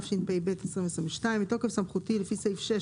התשפ"ב-2022 בתוקף סמכותי לפי סעיף 6